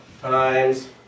times